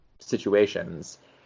situations